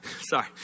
sorry